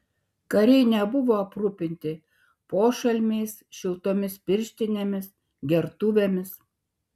kariai nebuvo aprūpinti pošalmiais šiltomis pirštinėmis gertuvėmis